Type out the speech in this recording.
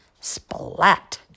splat